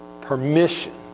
permission